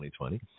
2020